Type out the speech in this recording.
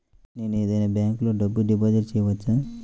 నేను ఏదైనా బ్యాంక్లో డబ్బు డిపాజిట్ చేయవచ్చా?